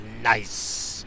Nice